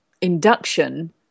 induction